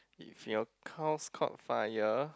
if your house caught fire